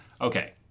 Okay